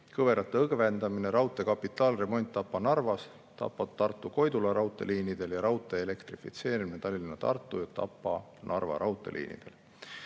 kõverate õgvendamine, raudtee kapitaalremont Tapa–Narva ning Tapa–Tartu–Koidula raudteeliinil ja raudtee elektrifitseerimine Tallinna–Tartu ja Tapa–Narva raudteeliinil.